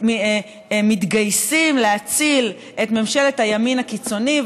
מתגייסים להציל את ממשלת הימין הקיצוני,